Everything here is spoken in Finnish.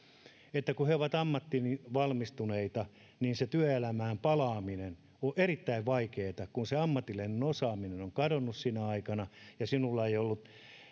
että kun he ovat ammattiin valmistuneita niin se työelämään palaaminen on erittäin vaikeata kun se ammatillinen osaaminen on kadonnut sinä aikana ja sinulla ei ole